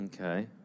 Okay